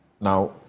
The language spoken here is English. Now